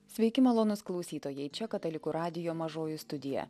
sveiki malonūs klausytojai čia katalikų radijo mažoji studija